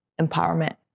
empowerment